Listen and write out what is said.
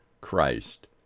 Christ